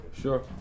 Sure